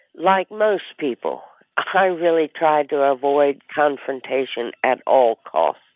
like most people, i really tried to ah avoid confrontation at all costs.